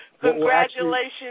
Congratulations